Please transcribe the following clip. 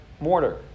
mortar